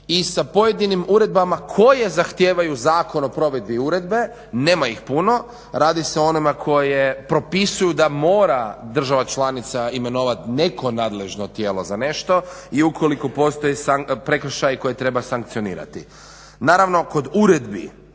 i sa pojedinim uredbama koje zahtijevaju Zakon o provedbi uredbe, nema ih puno, radi se o onima koje propisuju da mora država članica imenovati neko nadležno tijelo za nešto i ukoliko postoji prekršaj koji treba sankcionirati. Naravno kod uredbi